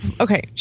okay